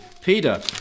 Peter